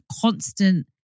constant